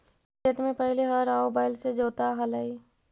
खेत में पहिले हर आउ बैल से जोताऽ हलई